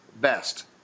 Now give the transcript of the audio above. best